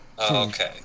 Okay